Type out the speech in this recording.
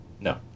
No